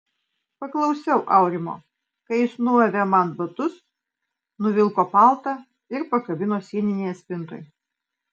paklausiau aurimo kai jis nuavė man batus nuvilko paltą ir pakabino sieninėje spintoje